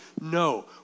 No